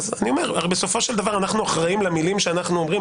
הרי בסופו של דבר אנחנו אחראים למילים שאנחנו אומרים.